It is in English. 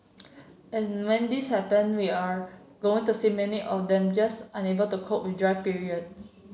and when this happen we are going to see many of them just unable to cope with dry period